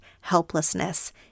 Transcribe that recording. helplessness